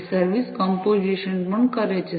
તે service composition પણ કરે છે